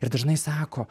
ir dažnai sako